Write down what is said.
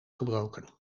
gebroken